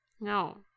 No